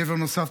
גבר נוסף,